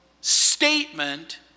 statement